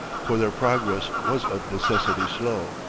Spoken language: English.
for their progress was of necessity slow,